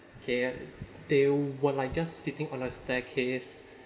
okay they while I just sitting on a staircase